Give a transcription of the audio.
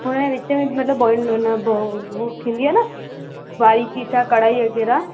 उन जे विच में मतिलबु थींदी आहे न बारीकी सां कढ़ाई वग़ैरह